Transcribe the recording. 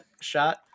shot